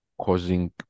causing